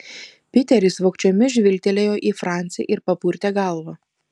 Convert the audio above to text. piteris vogčiomis žvilgtelėjo į francį ir papurtė galvą